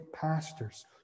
pastors